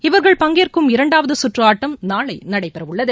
இவர்கள் பங்கேற்கும் இரண்டாவது சுற்று ஆட்டம் நாளை நடைபெறவுள்ளது